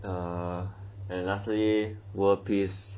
and lastly world peace